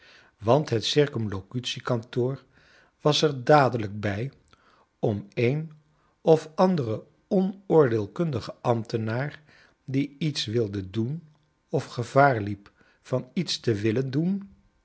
want het circumlocutie kantoor was er dadelijk bij om een of anderen onoordeelkundigen ambtenaar die iets wilde doen of gevaar liep van iets te willen doen